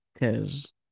Cause